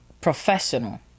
professional